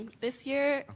this year,